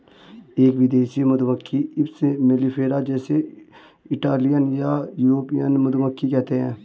एक विदेशी मधुमक्खी एपिस मेलिफेरा जिसे इटालियन या यूरोपियन मधुमक्खी कहते है